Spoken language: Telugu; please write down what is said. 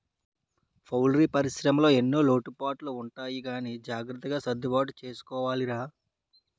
పౌల్ట్రీ పరిశ్రమలో ఎన్నో లోటుపాట్లు ఉంటాయి గానీ జాగ్రత్తగా సర్దుబాటు చేసుకోవాలిరా